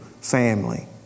family